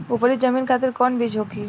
उपरी जमीन खातिर कौन बीज होखे?